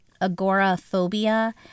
agoraphobia